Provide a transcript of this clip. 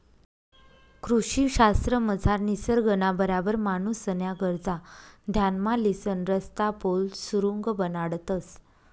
कृषी शास्त्रमझार निसर्गना बराबर माणूसन्या गरजा ध्यानमा लिसन रस्ता, पुल, सुरुंग बनाडतंस